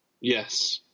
Yes